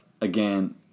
again